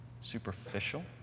superficial